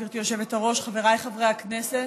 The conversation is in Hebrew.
גברתי היושבת-ראש, חבריי חברי הכנסת,